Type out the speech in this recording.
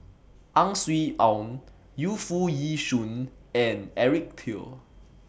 Ang Swee Aun Yu Foo Yee Shoon and Eric Teo